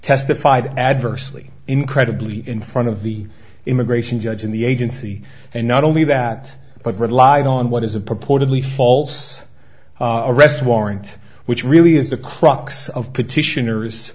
testified adversely incredibly in front of the immigration judge in the agency and not only that but relied on what is a purported lee false arrest warrant which really is the crux of petitioners